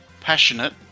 passionate